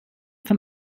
för